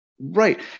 Right